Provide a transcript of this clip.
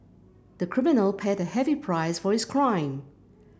the criminal paid a heavy price for his crime